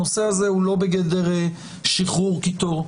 הנושא הזה הוא לא בגדר שחרור קיטור.